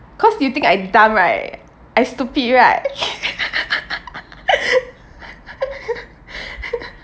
cause you think I dumb right I stupid right